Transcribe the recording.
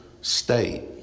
state